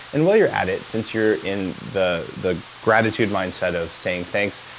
and while you're at it, since you're in the the gratitude mindset of saying thanks,